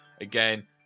again